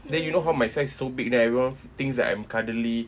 then you know how my size is so big that everyone thinks that I'm cuddly